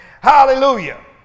Hallelujah